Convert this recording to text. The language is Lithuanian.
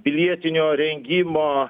pilietinio rengimo